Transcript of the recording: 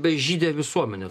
bežydė visuomenė